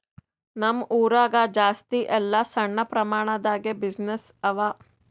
ನಮ್ ಊರಾಗ ಜಾಸ್ತಿ ಎಲ್ಲಾ ಸಣ್ಣ ಪ್ರಮಾಣ ದಾಗೆ ಬಿಸಿನ್ನೆಸ್ಸೇ ಅವಾ